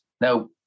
Now